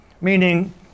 meaning